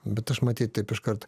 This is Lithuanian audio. bet aš matyt taip iškart